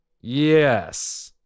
Yes